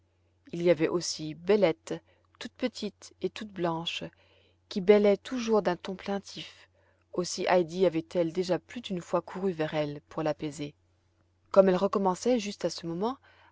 il y avait aussi bellette toute petite et toute blanche qui bêlait toujours d'un ton plaintif aussi heidi avait-elle déjà plus d'une fois couru vers elle pour l'apaiser comme elle recommençait juste à ce moment